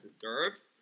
deserves